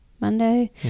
Monday